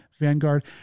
Vanguard